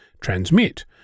Transmit